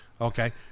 Okay